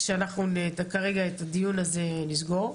שנסגור כרגע את הדיון הזה,